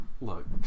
Look